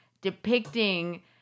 depicting